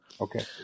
Okay